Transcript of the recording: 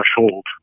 threshold